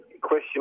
question